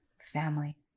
family